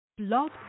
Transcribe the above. Love